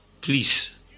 please